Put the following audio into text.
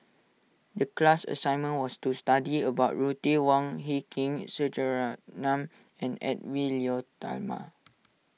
the class assignment was to study about Ruth Wong Hie King S Rajaratnam and Edwy Lyonet Talma